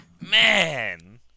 Man